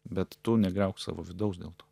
bet tu negriauk savo vidaus dėl to